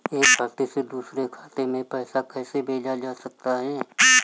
एक खाते से दूसरे खाते में पैसा कैसे भेजा जा सकता है?